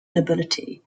nobility